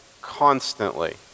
constantly